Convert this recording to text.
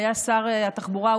שהיה שר התחבורה,